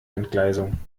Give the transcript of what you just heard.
entgleisung